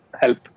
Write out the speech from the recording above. help